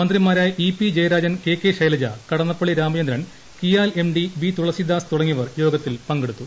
മന്ത്രിമാരായ P Jayarajan K Shailaja K E Kadannappally Ramachandran KIAL M D V Tulsidas തുടങ്ങിയവർ യോഗത്തിൽ പങ്കെടുത്തു